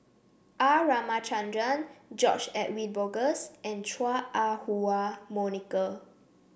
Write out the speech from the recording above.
R Ramachandran George Edwin Bogaars and Chua Ah Huwa Monica